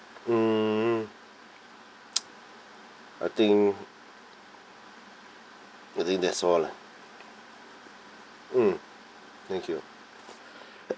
mm I think I think that's all lah mm thank you